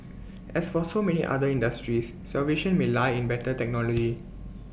as for so many other industries salvation may lie in better technology